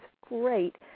great